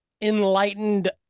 enlightened